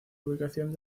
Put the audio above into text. ubicación